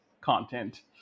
content